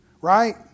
right